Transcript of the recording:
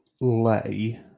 lay